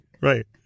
Right